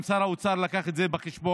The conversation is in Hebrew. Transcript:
גם שר האוצר לקח את זה בחשבון.